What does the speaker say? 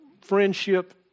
friendship